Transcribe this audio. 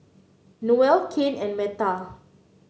Noelle Kane and Metta